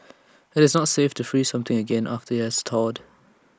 IT is not safe to freeze something again after IT has thawed